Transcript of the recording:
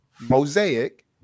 Mosaic